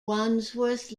wandsworth